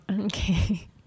Okay